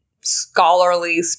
scholarly